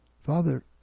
Father